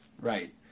Right